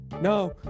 NO